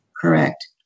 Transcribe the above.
Correct